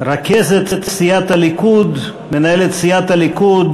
רכזת סיעת הליכוד, מנהלת סיעת הליכוד,